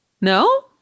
no